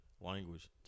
language